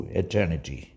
eternity